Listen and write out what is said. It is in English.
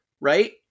right